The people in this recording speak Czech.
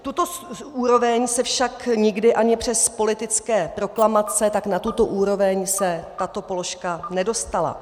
Na tuto úroveň se však nikdy ani přes politické proklamace, na tuto úroveň se tato položka nedostala.